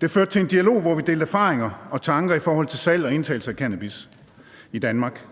Det førte til en dialog, hvor vi delte erfaringer og tanker i forhold til salg og indtagelse af cannabis i Danmark.